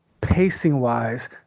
pacing-wise